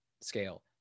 scale